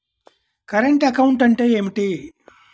Current account అంటే ఏమిటి?